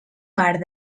part